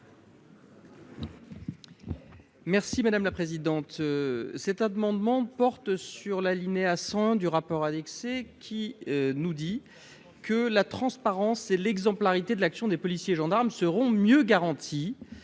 Merci madame la présidente, cet amendement porte sur l'alinéa 5 du rapport annexé qui nous dit que la transparence et l'exemplarité de l'action des policiers gendarmes seront mieux garantis,